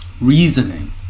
reasoning